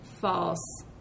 false